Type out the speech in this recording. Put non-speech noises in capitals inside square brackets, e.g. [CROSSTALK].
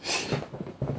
[LAUGHS]